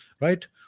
right